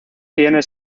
tiene